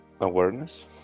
awareness